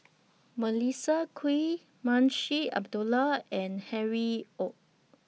Melissa Kwee Munshi Abdullah and Harry ORD